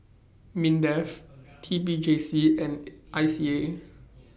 Mindef T P J C and I C A